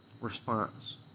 response